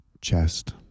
chest